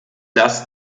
das